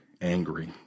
angry